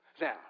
Now